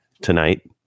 tonight